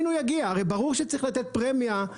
הרי, ברור שצריך לתת פרמיה.